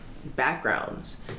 backgrounds